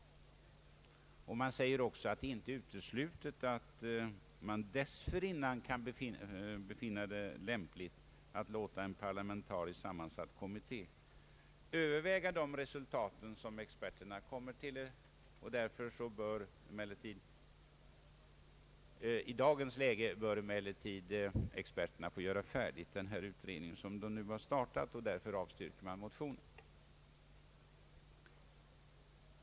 Man säger också att det inte är uteslutet att man dessförinnan kan finna det lämpligt att låta en parlamentariskt sammansatt kommitté överväga de resultat som experterna kommer till. I dagens läge bör emellertid experterna slutföra den utredning de startat, och därför avstyrker utskottet motionen.